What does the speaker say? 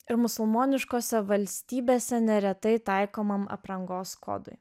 ir musulmoniškose valstybėse neretai taikomam aprangos kodui